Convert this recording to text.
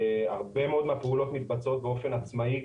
הרבה מאוד מהפעולות מתבצעות באופן עצמאי.